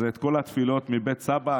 כל התפילות הן מבית סבא,